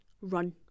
run